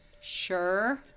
Sure